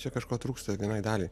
čia kažko trūksta vienai daliai